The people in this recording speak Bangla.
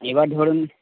এবার ধরুন